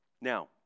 Now